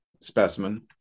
specimen